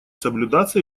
соблюдаться